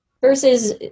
Versus